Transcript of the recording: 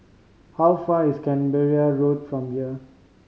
how far is Canberra Road from here